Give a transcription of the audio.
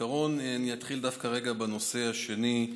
אני אתחיל דווקא בנושא השני,